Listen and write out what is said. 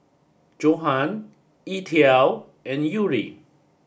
Johan E TWOW and Yuri